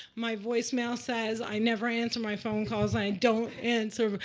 my voicemail says i never answer my phone calls. i don't answer.